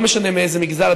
לא משנה מאיזה מגזר,